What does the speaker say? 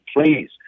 please